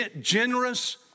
generous